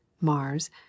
Mars